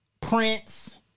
Prince